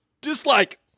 dislike